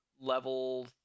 level